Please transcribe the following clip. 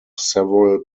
several